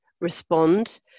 respond